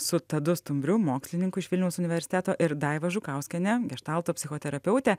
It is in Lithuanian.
su tadu stumbriu mokslininku iš vilniaus universiteto ir daiva žukauskiene geštalto psichoterapeute